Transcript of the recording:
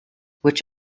which